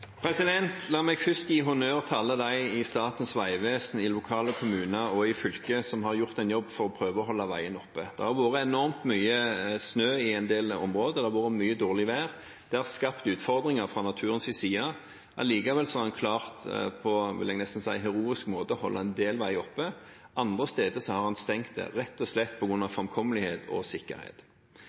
La meg først gi honnør til alle dem i Statens vegvesen i lokale kommuner og i fylker som har gjort en jobb for å prøve å holde veien åpen. Det har vært enormt mye snø i en del områder, og det har vært mye dårlig vær. Det har skapt utfordringer fra naturens side. Allikevel har en klart – på nesten heroisk måte, vil jeg si – å holde en del veier åpne. Andre steder har man stengt dem, rett og slett på grunn av framkommelighet og sikkerhet.